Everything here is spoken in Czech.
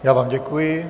Já vám děkuji.